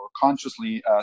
consciously